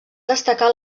destacar